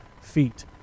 feet